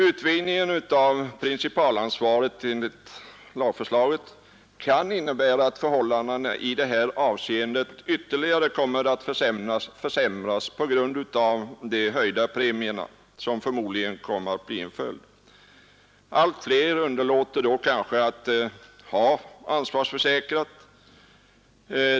Utvidgningen av principalansvaret enligt lagförslaget kan innebära att förhållandena i det här avseendet ytterligare kommer att försämras på grund av de förmodligen höjda premierna. Allt fler underlåter kanske då att ha ansvarsförsäkring.